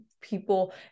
people